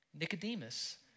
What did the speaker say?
Nicodemus